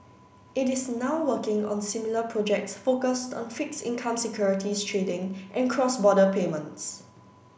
it is now working on similar projects focused on fixed income securities trading and cross border payments